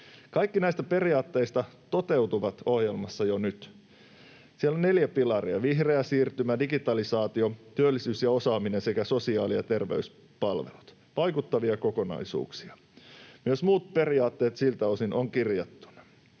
Kaikki näistä periaatteista toteutuvat ohjelmassa jo nyt. Siellä on neljä pilaria: vihreä siirtymä, digitalisaatio, työllisyys ja osaaminen sekä sosiaali- ja terveyspalvelut, vaikuttavia kokonaisuuksia. Myös muut periaatteet siltä osin ovat kirjattuina.